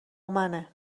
منه